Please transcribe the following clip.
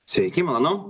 sveiki mano